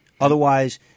Otherwise